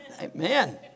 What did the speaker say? Amen